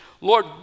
Lord